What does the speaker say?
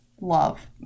Love